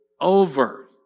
over